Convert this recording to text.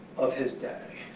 of his day.